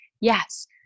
yes